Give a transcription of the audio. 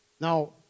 Now